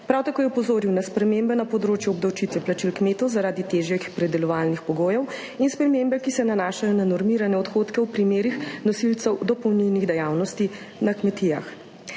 Prav tako je opozoril na spremembe na področju obdavčitve plačil kmetov zaradi težjih pridelovalnih pogojev in spremembe, ki se nanašajo na normirane odhodke v primerih nosilcev dopolnilnih dejavnosti na kmetijah.